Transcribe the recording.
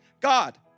God